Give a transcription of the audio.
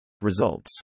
Results